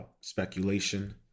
speculation